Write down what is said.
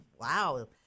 wow